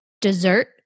Dessert